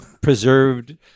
preserved